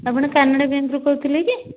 ଆପଣ କାନାଡ଼ା ବ୍ୟାଙ୍କରୁ କହୁଥିଲେ କି